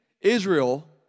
Israel